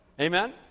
amen